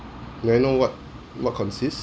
may I know what what consists